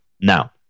Now